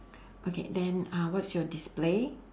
okay then uh what's your display